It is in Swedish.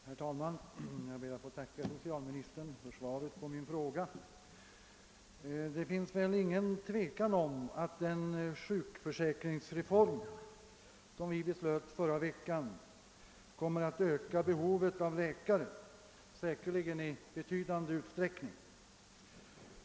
Herr talman! Jag ber att få tacka socialministern för svaret på min fråga. Det råder väl inget tvivel om att den sjukförsäkringsreform som vi beslöt i förra veckan kommer att öka behovet av läkare, säkerligen i betydande utsträckning.